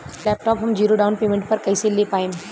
Laptop हम zero down payment पर कैसे ले पाएम?